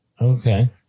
Okay